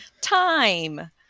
Time